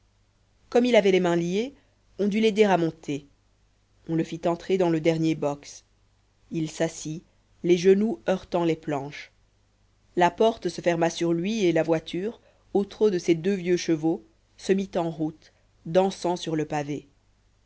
comme il avait les mains liées on dut l'aider à monter on le fit entrer dans le dernier boxe il s'assit les genoux heurtant les planches la porte se ferma sur lui et la voiture au trot de ses deux vieux chevaux se mit en route dansant sur le pavé